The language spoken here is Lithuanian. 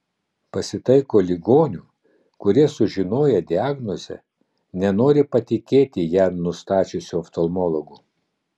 pasitaiko ligonių kurie sužinoję diagnozę nenori patikėti ją nustačiusiu oftalmologu